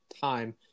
time